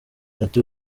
ati